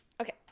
Okay